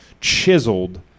chiseled